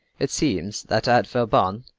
it seems that at vauban,